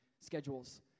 schedules